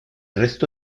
resto